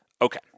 Okay